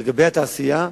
לגבי התעשייה,